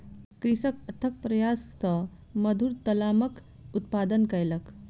कृषक अथक प्रयास सॅ मधुर लतामक उत्पादन कयलक